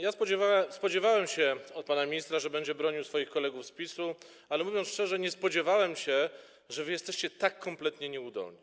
Ja spodziewałem się po panu ministrze, że będzie bronił swoich kolegów z PiS-u, ale mówiąc szczerze, nie spodziewałem się, że wy jesteście tak kompletnie nieudolni.